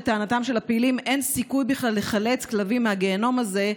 לטענתם של הפעילים אין סיכוי בכלל לחלץ כלבים מהגיהינום הזה,